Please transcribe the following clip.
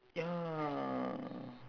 ya